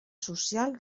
social